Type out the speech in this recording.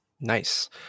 Nice